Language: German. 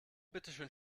bitteschön